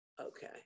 Okay